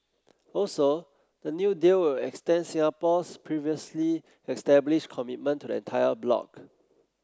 also the new deal will extend Singapore's previously established commitment to the entire bloc